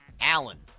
Allen